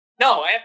no